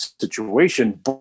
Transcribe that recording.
situation